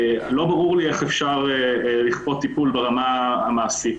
לא ברור לי איך אפשר לכפות טיפול ברמה המעשית.